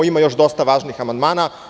Ima još dosta važnih amandmana.